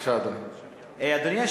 בבקשה, אדוני.